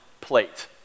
plate